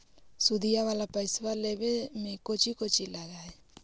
सुदिया वाला पैसबा लेबे में कोची कोची लगहय?